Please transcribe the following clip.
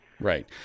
Right